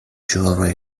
jewelry